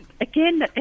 Again